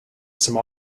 some